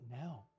now